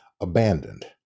abandoned